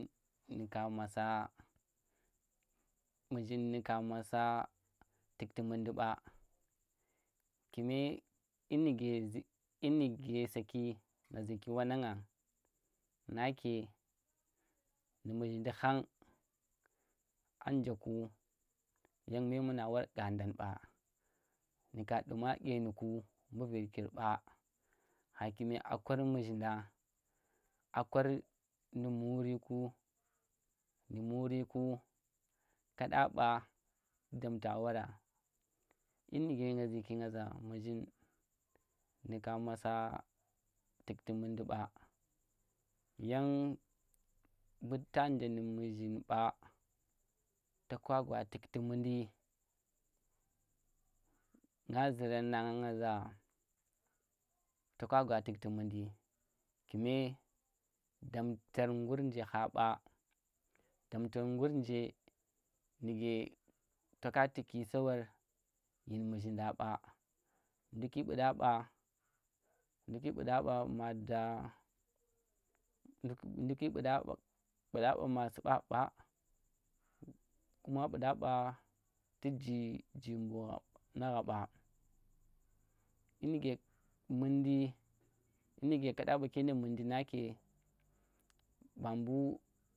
N- Nyi ka masa, muzhin nyi ka masa tukti mundi ɓa kuma yinike yinike saki nga ziki wannanga nga ke hu muzhin han anje ku yan memunara ƙandang ɓa nu ka duma dyenir ku mbu vivki ɓa ha kime a kor muzhinda a kor nu muri ku, nu muri ku, kaɗa ɓa tu damta wara yinka nga zuki nga za muzhin nu ka masa tukti mundi ɓa yan muta nje ndi muzhin ɓa toka gwa tukti mundi. Nga zuran nang nga za toka gwa tukti mundi kume damtar ngur nje haɓa to ka ki tuk sawar yin muzhin da ɓa ndukki bu da ɓa ma da ndukki bu da ɓa ma suba ɓa kuma bu da ɓa tu jee jimbo nu gha ɓa yin ike mundi yin ike ka ɗa baki nu mundi bambu